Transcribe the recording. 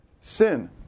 sin